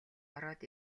ороод